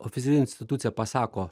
oficiali institucija pasako